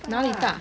哪里大